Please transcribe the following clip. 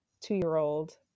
two-year-old